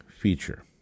feature